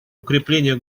укрепление